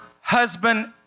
husband